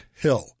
Hill